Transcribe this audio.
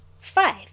Five